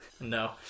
No